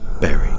Buried